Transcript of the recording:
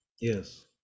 Yes